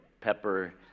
pepper